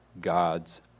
God's